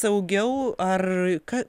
saugiau ar ką